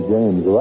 James